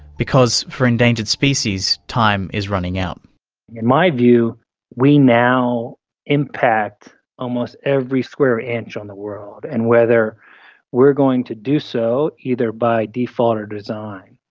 because for many endangered species time is running out. in my view we now impact almost every square inch on the world, and whether we're going to do so either by default or design,